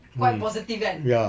mm ya